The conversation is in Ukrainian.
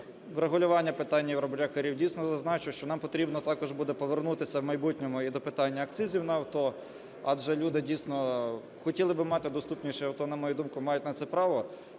врегулювання питання "євробляхерів", дійсно, зазначу, що нам потрібно також буде повернутися в майбутньому і до питання акцизів на авто, адже люди хотіли, дійсно, мати доступніше авто і, на мою думку, мають на це право.